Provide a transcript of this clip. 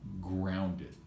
grounded